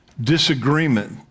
disagreement